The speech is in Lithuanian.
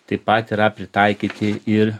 taip pat yra pritaikyti ir